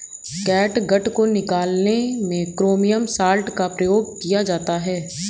catgut को निकालने में क्रोमियम सॉल्ट का प्रयोग किया जाता है